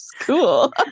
cool